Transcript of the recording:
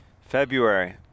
February